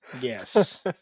Yes